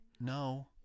No